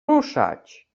ruszać